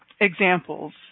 examples